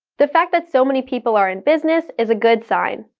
the fact that so many people are in business is a good sign.